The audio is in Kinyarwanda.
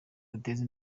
duteze